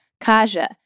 Kaja